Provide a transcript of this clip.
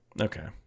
Okay